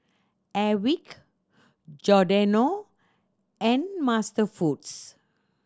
Airwick Giordano and MasterFoods